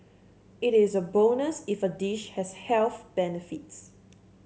it is a bonus if a dish has health benefits